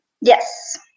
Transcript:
Yes